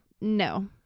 no